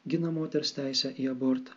gina moters teisę į abortą